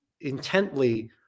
intently